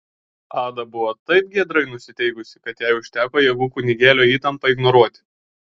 ada buvo taip giedrai nusiteikusi kad jai užteko jėgų kunigėlio įtampą ignoruoti